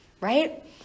Right